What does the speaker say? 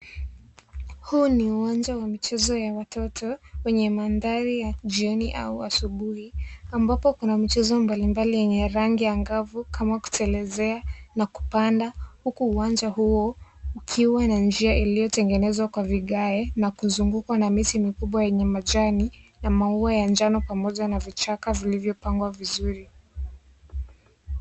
Huu ni uwanja wa michezo ya watoto wenye mandhari ya jioni ama asubuhi ambapo kuna michezo mbalimbali yenye rangi angavu kama kutelezea na kupanda huku uwanja huu ukiwa na njia iliyotengenezwa kwa vigae na kuzungukwa kwa miti mikubwa yenye majani ya maua ya njano pamoja na vichaka vilivyopangwa vizuri.